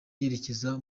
yerekeza